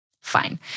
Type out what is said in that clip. fine